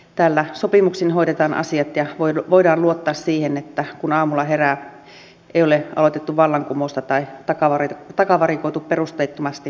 täällä sopimuksin hoidetaan asiat ja voidaan luottaa siihen että kun aamulla herää ei ole aloitettu vallankumousta tai takavarikoitu perusteettomasti omaisuutta